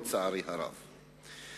לצערי הרב.